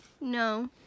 No